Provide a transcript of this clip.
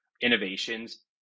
innovations